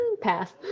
pass